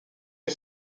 des